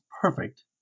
perfect